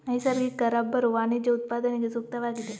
ನೈಸರ್ಗಿಕ ರಬ್ಬರು ವಾಣಿಜ್ಯ ಉತ್ಪಾದನೆಗೆ ಸೂಕ್ತವಾಗಿದೆ